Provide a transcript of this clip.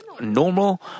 normal